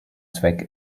zweck